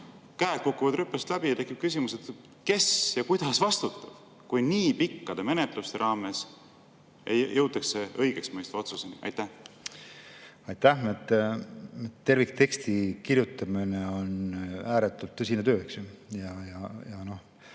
käed kukuvad rüpest läbi ja tekib küsimus, kes ja kuidas vastutab, kui nii pikkade menetluste raames jõutakse õigeksmõistva otsuseni. Aitäh! Tervikteksti kirjutamine on ääretult tõsine töö,